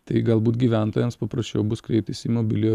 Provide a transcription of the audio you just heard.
tai galbūt gyventojams paprasčiau bus kreiptis į mobiliojo